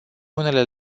alte